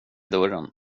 dörren